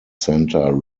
center